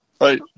right